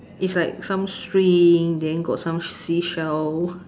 is like some string then got some seashell